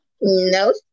No